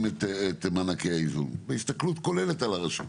את מענקי האיזון בהסתכלות כוללת על הרשות,